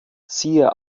siehe